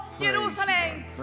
Jerusalem